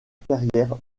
carrière